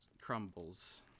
crumbles